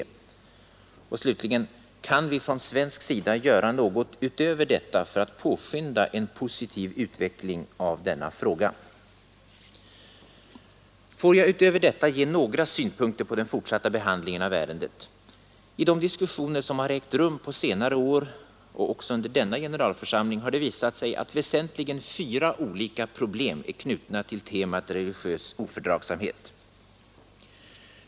Kan vi slutligen från svensk sida göra något utöver detta för att påskynda en positiv utveckling av denna fråga? Utöver detta vill jag ge några synpunkter på den fortsatta behandlingen av ärendet. I de diskussioner som har ägt rum under senare år och även under denna generalförsamling har det visat sig att väsentligen fyra olika problem är knutna till temat Religiös ofördragsamhet.